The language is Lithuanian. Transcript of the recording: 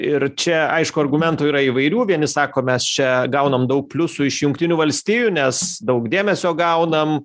ir čia aišku argumentų yra įvairių vieni sako mes čia gaunam daug pliusų iš jungtinių valstijų nes daug dėmesio gaunam